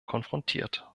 konfrontiert